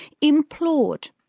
implored